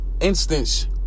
instance